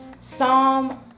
Psalm